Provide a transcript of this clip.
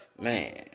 Man